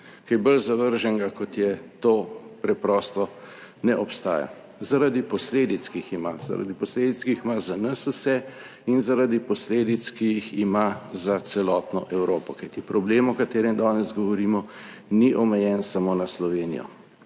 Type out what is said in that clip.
Kaj bolj zavrženega kot je to, preprosto ne obstaja, zaradi posledic, ki jih ima, zaradi posledic, ki jih ima za nas vse in zaradi posledic, ki jih ima za celotno Evropo, kajti problem o katerem danes govorimo ni omejen samo na Slovenijo,